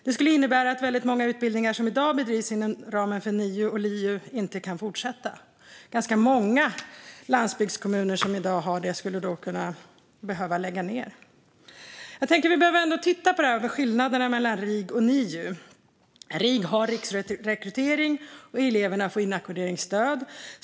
Det skulle innebära att väldigt många utbildningar som i dag bedrivs inom ramen för NIU och LIU inte kan fortsätta. Ganska många landsbygdskommuner som i dag har sådana utbildningar skulle då behöva lägga ned dessa. Vi behöver titta på skillnaderna mellan RIG och NIU. RIG har riksrekrytering, och eleverna får inackorderingsstöd.